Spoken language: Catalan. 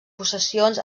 possessions